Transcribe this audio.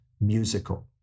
musical